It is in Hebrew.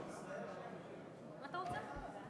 חוק חשוב אני חושב,